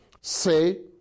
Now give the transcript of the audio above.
Say